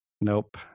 Nope